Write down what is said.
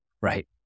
right